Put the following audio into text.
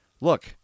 look